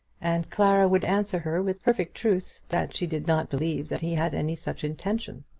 and clara would answer her with perfect truth that she did not believe that he had any such intention.